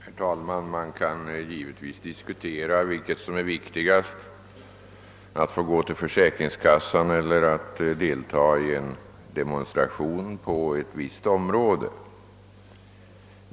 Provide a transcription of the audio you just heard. Herr talman! Man kan givetvis diskutera om det är viktigast att få gå till försäkringskassan eller att få delta i en demonstration på ett visst område.